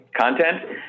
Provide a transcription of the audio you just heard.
content